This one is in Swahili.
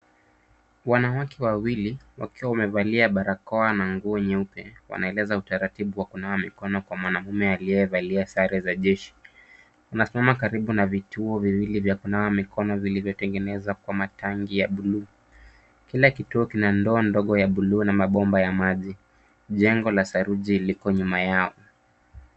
Wanawake wawili wakiwa wamevalia barakoa na nguo nyeupe wanaeleza utaratibu wa kunawa mikono kwa mwanamume aliyevalia sare za jeshi. Anasimama karibu na vituo viwili vya kunawa mikono vilivyotengenezwa kwa matanki ya buluu. Kila kituo kina ndoa ndogo ya buluu na mabomba ya maji. Jengo la saruji liko nyuma yao.